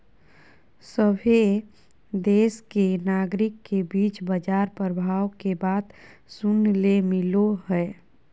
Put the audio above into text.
सभहे देश के नागरिक के बीच बाजार प्रभाव के बात सुने ले मिलो हय